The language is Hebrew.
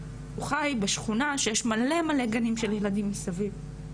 הוא חי בשכונה שיש מלא גנים של ילדים מסביב.